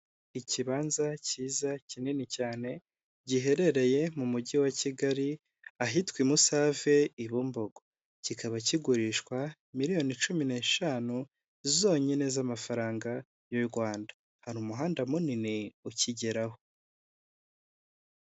Ikibanza kiza kinini cyane giherereye mu mujyi wa Kigali ahitwa i Musave i Bumbogo kikaba kigurishwa miliyoni cumi n'eshanu zonyine z'amafaranga y'u Rwanda. Hari umuhanda munini ukigeraho.